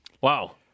Wow